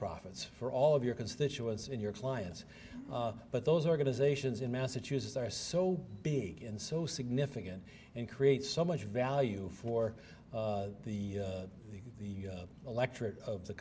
profits for all of your constituents in your clients but those organizations in massachusetts are so big and so significant and create so much value for the the electorate of the